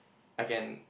I can